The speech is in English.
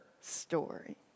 story